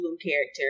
character